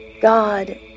God